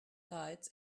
sides